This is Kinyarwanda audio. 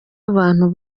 abantu